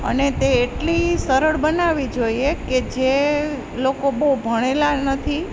અને તે એટલી સરળ બનાવવી જોઈએ કે જે લોકો બહુ ભણેલા નથી